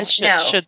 no